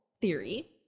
theory